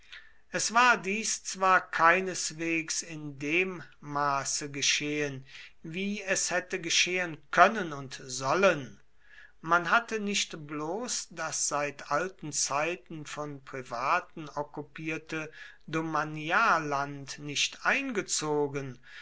es war dies zwar keineswegs in dem maße geschehen wie es hätte geschehen können und sollen man hatte nicht bloß das seit alten zeiten von privaten okkupierte domanialland nicht eingezogen